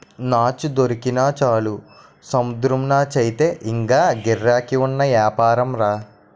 నాచు దొరికినా చాలు సముద్రం నాచయితే ఇంగా గిరాకీ ఉన్న యాపారంరా